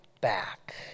back